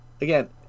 Again